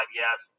yes